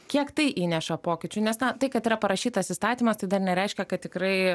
kiek tai įneša pokyčių nes tai kad yra parašytas įstatymas tai dar nereiškia kad tikrai